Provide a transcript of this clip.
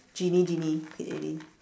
jeanie jeanie quit already